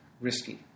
risky